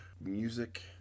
music